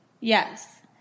Yes